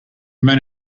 man